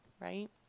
right